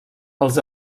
els